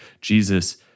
Jesus